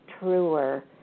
truer